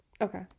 Okay